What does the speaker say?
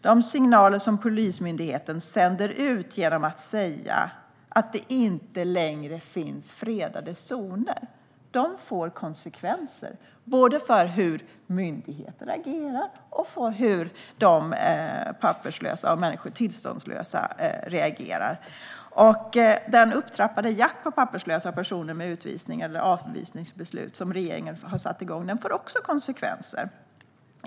De signaler som Polismyndigheten sänder genom att säga att det inte längre finns några fredade zoner får konsekvenser både för hur myndigheter agerar och för hur papperslösa, tillståndslösa, människor reagerar. Den upptrappade jakt på papperslösa personer med utvisnings eller avvisningsbeslut som regeringen har satt igång får också konsekvenser.